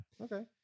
Okay